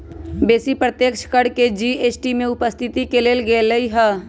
बेशी अप्रत्यक्ष कर के जी.एस.टी में उपस्थित क लेल गेलइ ह्